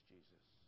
Jesus